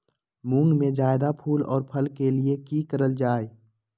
मुंग में जायदा फूल और फल के लिए की करल जाय?